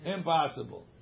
Impossible